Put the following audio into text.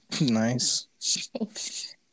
Nice